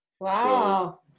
wow